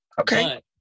okay